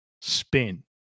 spin